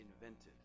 invented